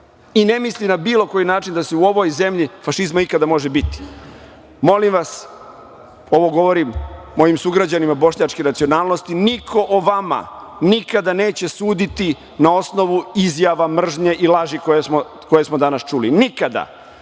i ne misli na bilo koji način da u ovoj zemlji fašizma ikada može biti. Molim vas, ovo govorim mojim sugrađanima bošnjačke nacionalnosti, niko o vama nikada neće suditi na osnovu izjava mržnje i laži koje smo danas čuli, nikada.